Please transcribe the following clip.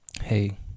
hey